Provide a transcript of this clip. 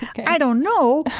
i don't know,